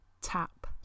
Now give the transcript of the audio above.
tap